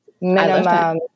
minimum